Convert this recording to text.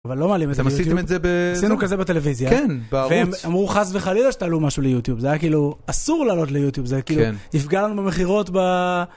אבל לא מעלים את זה, עשינו כזה בטלוויזיה, והם אמרו חס וחלילה שתעלו משהו ליוטיוב, זה היה כאילו אסור לעלות ליוטיוב, זה היה כאילו, יפגע לנו במכירות ב...